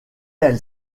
elle